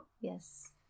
Yes